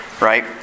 right